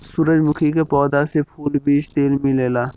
सूरजमुखी के पौधा से फूल, बीज तेल मिलेला